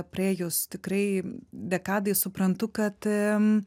praėjus tikrai dekadai suprantu kad